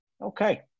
okay